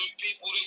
people